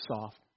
soft